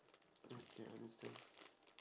okay understand